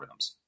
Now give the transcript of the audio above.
algorithms